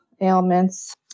ailments